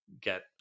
get